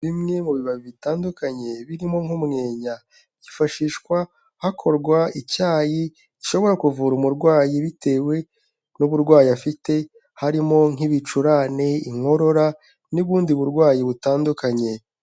Bimwe mu biba bitandukanye birimo nk'umwenya, byifashishwa hakorwa icyayi gishobora kuvura umurwayi bitewe n'uburwayi afite, harimo nk'ibicurane inkorora n'ubundi burwayi butandukanye.